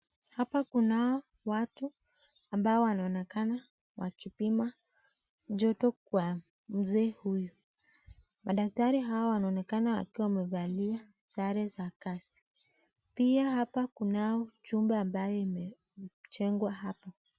Hapa kunao watu ambao wanaonekana wakipima joto kwa mzee huyu. Madaktari hawa wanaonekana wakiwa wamevalia sare za kazi. Pia hapa kunao jumba ambayo imejengwa hapa.